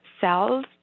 cells